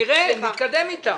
נראה, נתקדם איתם.